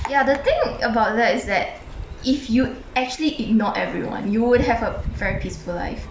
ya the thing about that is that if you'd actually ignored everyone you would have a very peaceful life